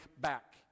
back